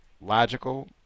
logical